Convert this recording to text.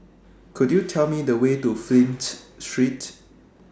Could YOU Tell Me The Way to Flint Street